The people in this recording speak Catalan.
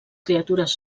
criatures